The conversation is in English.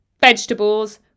vegetables